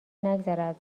نگذره